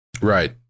Right